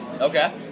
Okay